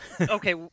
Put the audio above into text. Okay